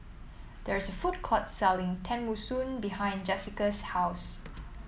there is a food court selling Tenmusu behind Jesica's house